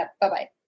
Bye-bye